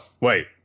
wait